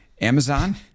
Amazon